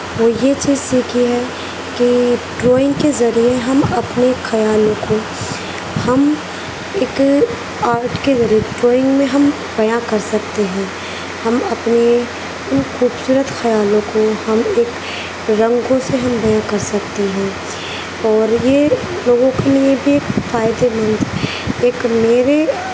وہ یہ چیز سیکھی ہے کہ ڈرائنگ کے ذریعے ہم اپنے کھیالوں کو ہم ایک آرٹ کے ذریعے ڈرائنگ میں ہم بیاں کر سکتے ہیں ہم اپنے ان کھوبصورت خیالوں کو ہم ایک رنگوں سے ہم بیاں کر سکتے ہیں اور یہ میں یہ بھی ایک فائدے مند ایک میرے